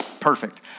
Perfect